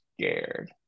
scared